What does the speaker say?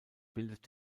bildet